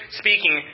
speaking